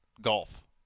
golf